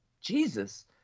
Jesus